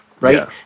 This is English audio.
Right